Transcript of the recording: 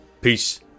Peace